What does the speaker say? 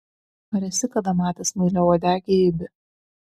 ar esi kada matęs smailiauodegį ibį